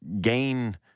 gain